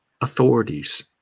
authorities